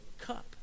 cup